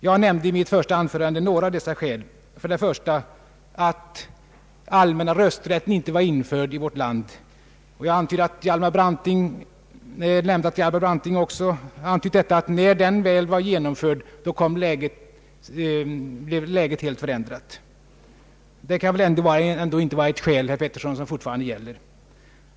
Jag nämnde i mitt första anförande några av dessa skäl. Jag framhöll att den allmänna rösträtten då inte var införd i vårt land. Jag nämnde att Hjalmar Branting också förklarat att när den väl var genomförd så blev läget helt förändrat. Det kan väl ändå inte, herr Pettersson, vara ett skäl som fortfarande gäller.